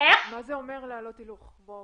להעלות הילוך?